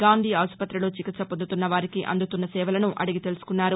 గాంధీ ఆసుపతిలో చికిత్స పొందుతున్న వారికి అందుతున్న సేవలను అదిగి తెలుసుకున్నారు